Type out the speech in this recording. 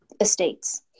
estates